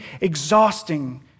exhausting